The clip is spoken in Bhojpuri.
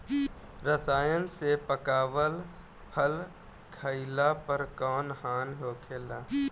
रसायन से पकावल फल खइला पर कौन हानि होखेला?